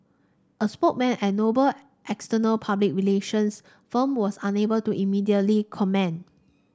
a spokesman at Noble external public relations firm was unable to immediately comment